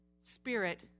spirit